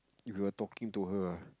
if you were talking to her ah